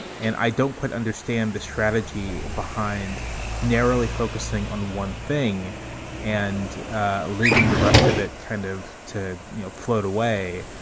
and i don't quite understand the strategy behind narrowly focusing on one thing and leaving the rest of it kind of to you know float away,